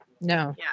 No